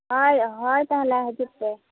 ᱦᱳᱭ ᱦᱳᱭ ᱛᱟᱦᱚᱞᱮ ᱦᱤᱡᱩᱜᱯᱮ